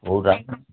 କେଉଁଟା